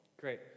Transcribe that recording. Great